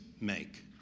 make